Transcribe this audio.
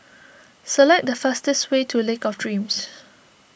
select the fastest way to Lake of Dreams